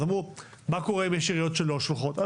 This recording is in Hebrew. אם יש כאלה שלא שולחות,